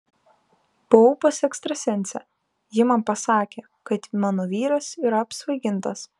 buvau pas ekstrasensę ji man pasakė kad mano vyras yra apsvaigintas